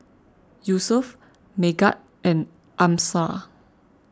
Yusuf Megat and Amsyar